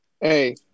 Hey